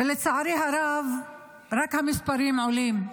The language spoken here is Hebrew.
ולצערי הרב המספרים רק עולים.